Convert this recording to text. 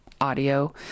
audio